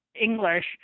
English